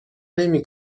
نمی